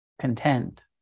content